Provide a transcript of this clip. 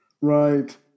Right